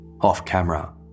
Off-camera